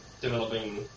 developing